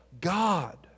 God